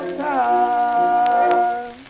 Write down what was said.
time